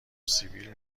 سیبیل